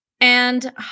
and-